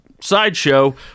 sideshow